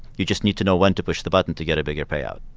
you just need to know when to push the button to get a bigger payout